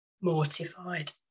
mortified